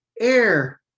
air